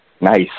nice